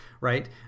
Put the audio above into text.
right